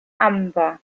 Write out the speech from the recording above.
amber